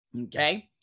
Okay